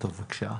בתיה, בבקשה.